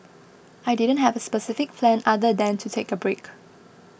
I didn't have a specific plan other than to take a break